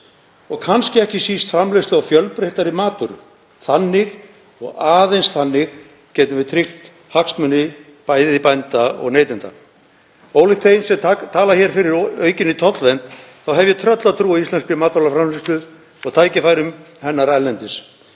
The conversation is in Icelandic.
og kannski ekki síst framleiðslu á fjölbreyttari matvöru. Þannig og aðeins þannig getum við tryggt hagsmuni bæði bænda og neytenda. Ólíkt þeim sem tala hér fyrir aukinni tollvernd þá hef ég tröllatrú á íslenskri matvælaframleiðslu og tækifærum hennar erlendis.